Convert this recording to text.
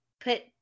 put